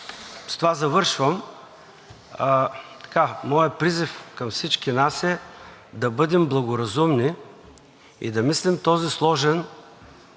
с това завършвам, моят призив към всички нас е да бъдем благоразумни и да мислим този сложен